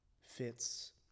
fits